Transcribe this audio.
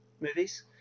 movies